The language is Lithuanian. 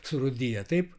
surūdiję taip